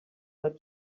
that